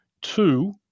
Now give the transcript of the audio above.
Two